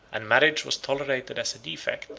and marriage was tolerated as a defect,